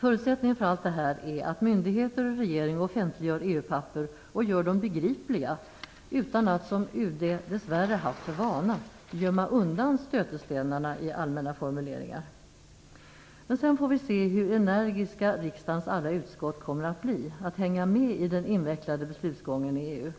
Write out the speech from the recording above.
Förutsättningen för allt detta är att myndigheter och regering offentliggör EU-papper och gör dem begripliga utan att, som UD dess värre har haft för vana att göra, gömma undan stötestenarna i allmänna formuleringar. Sedan får vi se hur energiska riksdagens alla utskott kommer att bli för att hänga med i den invecklade beslutsgången i EU.